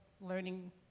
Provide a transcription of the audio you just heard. learning